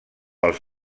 els